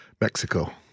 Mexico